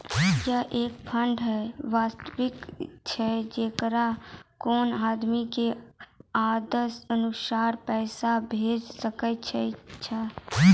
ई एक फंड के वयवस्था छै जैकरा कोनो आदमी के आदेशानुसार पैसा भेजै सकै छौ छै?